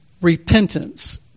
repentance